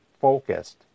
focused